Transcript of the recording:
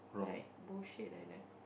like bullshit like that